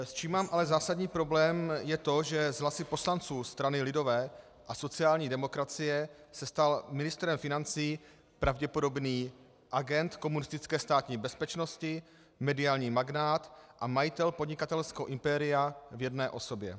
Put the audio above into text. S čím mám ale zásadní problém, je to, že hlasy poslanců strany lidové a sociální demokracie se stal ministrem financí pravděpodobný agent komunistické Státní bezpečnosti, mediální magnát a majitel podnikatelského impéria v jedné osobě.